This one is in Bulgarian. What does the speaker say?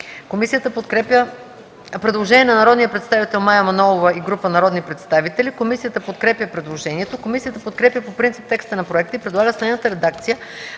94. Член 88 – предложение на народният представител Мая Манолова и група народни представители. Комисията подкрепя предложението. Комисията подкрепя по принцип текста на проекта и предлага следната редакция